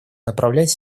направлять